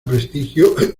prestigio